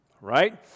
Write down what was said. right